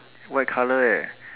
white colour eh